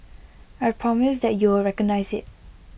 I promise that you will recognise IT